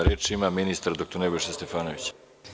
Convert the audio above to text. Reč ima ministar dr Nebojša Stefanović.